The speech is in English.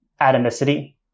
atomicity